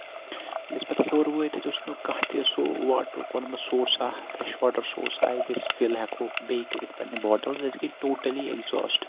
ییٚلہِ أسۍ پَتہٕ ہیوٚر وٲتۍ تَتہِ اوس نہٕ کانہہ تہِ سُہ واٹرُک اوٚنمُت سورسا فریش واٹر سورٕس آیندٕ فِل ہٮ۪کو بیٚیہِ کٔرِتھ پَنٕنہِ بوٹلٕز أسۍ گٔے ٹوٹلی اٮ۪گزاسٹ